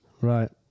Right